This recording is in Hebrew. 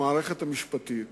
המערכת המשפטית